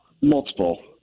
Multiple